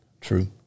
True